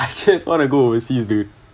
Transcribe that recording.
I just want to go overseas dude